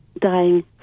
dying